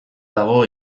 dago